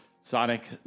sonic